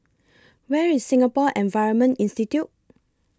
Where IS Singapore Environment Institute